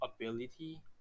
ability